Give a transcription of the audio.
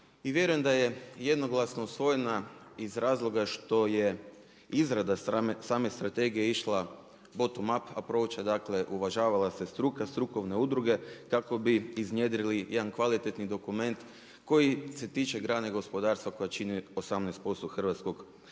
i vjerujem da je jednoglasno usvojena iz razloga što je izrada same strategije išle bottom up, a …/Govornik se ne razumije./… uvažava se struka, strukovne udruge kako bi iznjedrili jedan kvalitetni dokument koji se tiče grane gospodarstva koja čini 18% hrvatskog BDP-a.